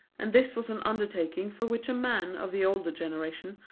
and this was an undertaking for which a man of the older generation,